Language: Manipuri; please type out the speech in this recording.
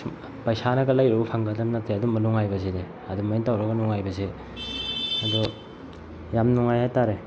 ꯄꯩꯁꯥꯅꯒ ꯂꯩꯔꯨꯕ ꯐꯪꯒꯗꯝ ꯅꯠꯇꯦ ꯑꯗꯨꯝꯕ ꯅꯨꯡꯉꯥꯏꯕꯁꯤꯗꯤ ꯑꯗꯨꯃꯥꯏꯅ ꯇꯧꯔꯒ ꯅꯨꯡꯉꯥꯏꯕꯁꯦ ꯑꯗꯣ ꯌꯥꯝ ꯅꯨꯡꯉꯥꯏ ꯍꯥꯏꯇꯔꯦ